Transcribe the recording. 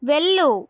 వెళ్ళు